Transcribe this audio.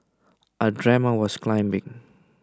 I dreamt I was climbing